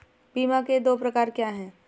बीमा के दो प्रकार क्या हैं?